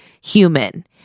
human